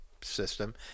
system